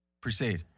Proceed